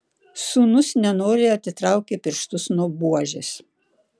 sūnus nenoriai atitraukė pirštus nuo buožės